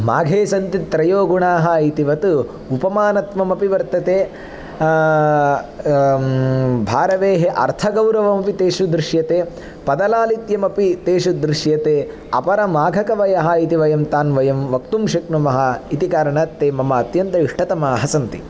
माघे सन्ति त्रयोगुणाः इतिवत उपमानत्वम् अपि वर्तते भारवेः अर्थगौरवमपि तेषु दृश्यते पदलालित्यमपि तेषु दृश्यते अपरमाघकवयः इति वयं तान् वयं वक्तुं शक्नुमः इति कारणात् ते मम अत्यन्त इष्टतमाः सन्ति